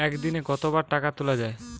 একদিনে কতবার টাকা তোলা য়ায়?